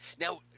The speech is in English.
Now